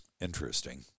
Interesting